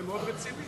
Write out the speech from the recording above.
זה מאוד רציני.